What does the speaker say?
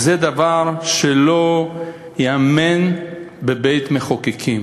זה דבר שלא ייאמן בבית-מחוקקים.